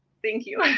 thank you.